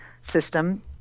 system